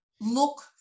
look